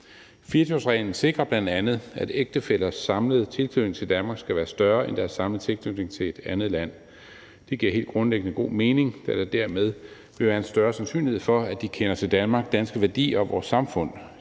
24-årsreglen sikrer bl.a., at ægtefællers samlede tilknytning til Danmark skal være større end deres samlede tilknytning til et andet land. Det giver helt grundlæggende god mening, da der dermed vil være en større sandsynlighed for, at de kender til Danmark, danske værdier og vores samfund.